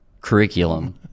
curriculum